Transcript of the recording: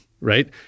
right